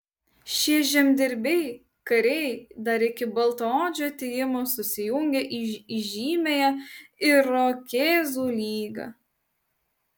šie žemdirbiai kariai dar iki baltaodžių atėjimo susijungė į įžymiąją irokėzų lygą